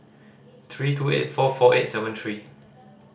three two eight four four eight seven three